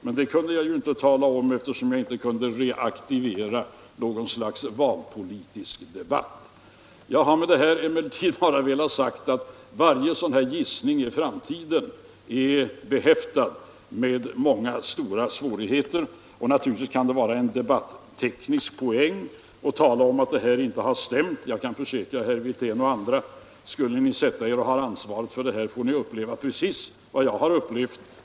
Men det kunde jag inte tala om, eftersom jag inte kunde reaktivera något slags valpolitisk debatt. Jag har med det här emellertid bara velat ha sagt att varje gissning av detta slag om framtiden är behäftad med många stora svårigheter. Naturligtvis vinner man en debatteknisk poäng genom att tala om att detta inte har stämt. Jag kan försäkra herr Wirtén och andra att skulle ni sätta er ned och ha ansvaret för utvecklingen så skulle ni få uppleva just det som jag har upplevt.